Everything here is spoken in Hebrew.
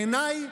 בעיניי,